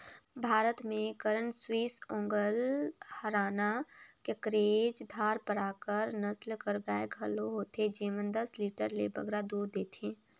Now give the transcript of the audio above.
भारत में करन स्विस, ओंगोल, हराना, केकरेज, धारपारकर नसल कर गाय घलो होथे जेमन दस लीटर ले बगरा दूद देथे